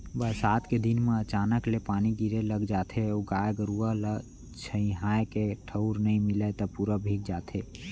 बरसात के दिन म अचानक ले पानी गिरे लग जाथे अउ गाय गरूआ ल छंइहाए के ठउर नइ मिलय त पूरा भींग जाथे